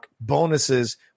bonuses